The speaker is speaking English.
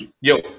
yo